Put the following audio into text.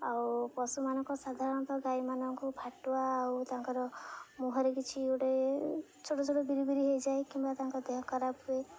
ଆଉ ପଶୁମାନଙ୍କ ସାଧାରଣତଃ ଗାଈମାନଙ୍କୁ ଫାଟୁଆ ଆଉ ତାଙ୍କର ମୁହଁରେ କିଛି ଗୋଟେ ଛୋଟ ଛୋଟ ବିରି ବିରି ହେଇଯାଏ କିମ୍ବା ତାଙ୍କ ଦେହ ଖରାପ ହୁଏ